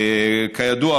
כידוע,